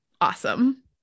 awesome